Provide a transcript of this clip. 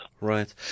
right